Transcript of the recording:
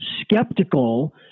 skeptical